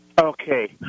Okay